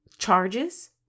charges